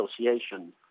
Association